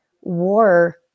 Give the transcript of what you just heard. war